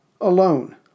alone